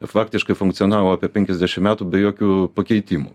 faktiškai funkcionavo apie penkiasdešim metų be jokių pakeitimų